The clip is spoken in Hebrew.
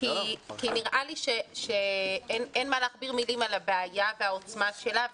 נראה לי שאין מה להכביר מילים על הבעיה והעוצמה שלה.